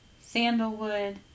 sandalwood